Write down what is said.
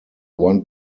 one